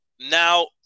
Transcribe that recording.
now